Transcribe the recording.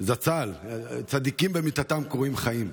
זכר צדיק לברכה, צדיקים במיתתם נקראים חיים.